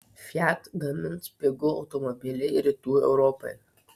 fiat gamins pigų automobilį rytų europai